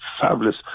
fabulous